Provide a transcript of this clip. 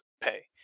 pay